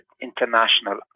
international